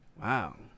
Wow